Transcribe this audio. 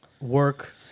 work